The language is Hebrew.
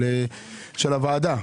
אבל של הוועדה,